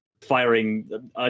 firing